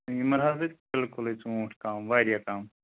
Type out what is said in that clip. یِمَن حظ ٲسۍ بِلکُلٕے ژوٗنٛٹھۍ کَم واریاہ کَم